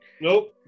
Nope